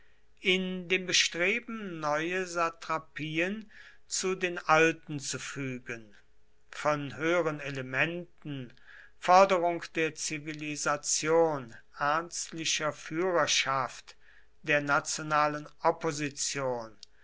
in dem bestreben neue satrapien zu den alten zu fügen von höheren elementen förderung der zivilisation ernstlicher führerschaft der nationalen opposition